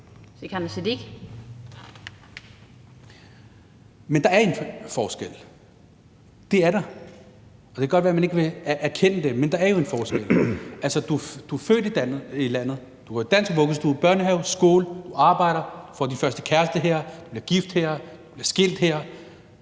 Siddique (UFG): Men der er en forskel – det er der. Det kan godt være, at man ikke vil erkende det, men der er jo en forskel. Altså, du er født i landet, du går i dansk vuggestue, børnehave, skole. Du arbejder, du får din første kæreste her, du bliver gift her, du bliver skilt,